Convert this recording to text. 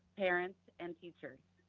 parents and teachers.